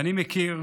אני מכיר